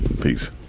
Peace